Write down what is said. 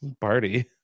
Party